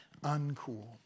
uncool